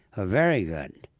ah very good,